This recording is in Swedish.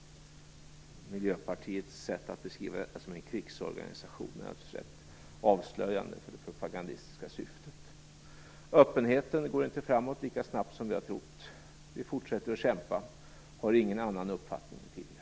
Miljöpartiets sätt att beskriva detta som en krigsorganisation är rätt avslöjande för det propagandistiska syftet. Öppenheten går inte framåt lika snabbt som vi har trott. Vi fortsätter att kämpa och har ingen annan uppfattning än tidigare.